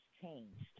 changed